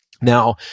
Now